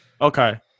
Okay